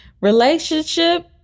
relationship